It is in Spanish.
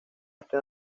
este